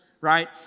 right